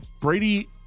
Brady